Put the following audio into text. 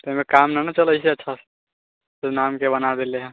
ओहिसबमे काम नहि ने चलै छै अच्छा नामके बना देले हइ